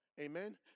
Amen